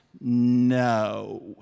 No